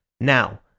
Now